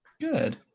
Good